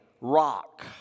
rock